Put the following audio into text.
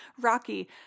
Rocky